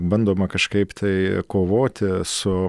bandoma kažkaip tai kovoti su